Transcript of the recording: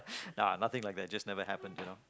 nah nothing like that just never happen you know